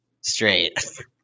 straight